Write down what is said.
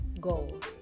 goals